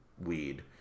weed